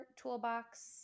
toolbox